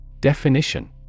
Definition